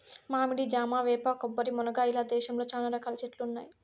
మామిడి, జామ, వేప, కొబ్బరి, మునగ ఇలా దేశంలో చానా రకాల చెట్లు ఉన్నాయి